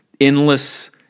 endless